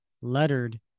lettered